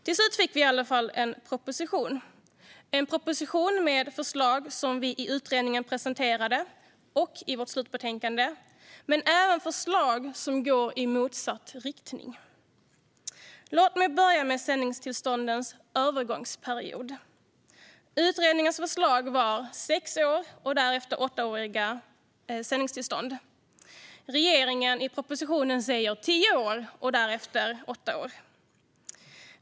Till slut fick vi i alla fall en proposition, en proposition med förslag som vi i utredningen presenterade i vårt slutbetänkande, men det fanns även förslag som gick i motsatt riktning. Låt mig börja med sändningstillståndens övergångsperiod. Utredningens förslag var sex år och därefter åttaåriga sändningstillstånd. I propositionen säger regeringen tio år och därefter åtta år.